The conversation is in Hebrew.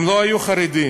הם לא היו חרדים.